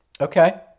Okay